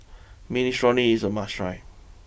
Minestrone is a must try